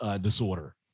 disorder